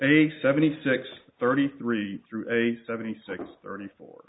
a seventy six thirty three through a seventy six thirty four